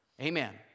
Amen